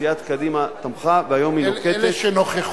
סיעת קדימה תמכה, והיום היא נוקטת, אלה שנכחו,